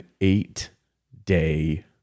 eight-day